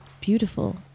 Beautiful